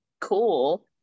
cool